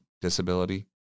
disability